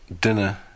dinner